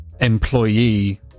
employee